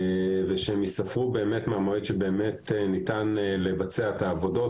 ושהם ייספרו מהמועד שבאמת ניתן לבצע את העבודות.